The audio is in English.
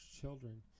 children